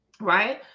right